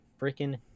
freaking